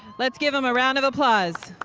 let's give em a round of applause.